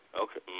Okay